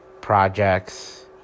projects